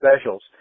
specials